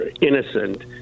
innocent